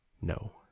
No